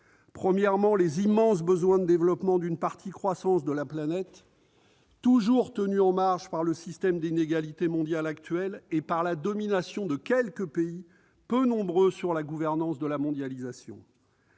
Premièrement, les besoins de développement d'une partie croissante de la planète, toujours tenue en marge par le système actuel d'inégalités mondiales et par la domination de quelques pays, peu nombreux, sur la gouvernance de la mondialisation,